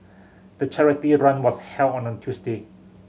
the charity run was held on a Tuesday